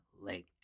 lake